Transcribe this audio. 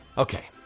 okay,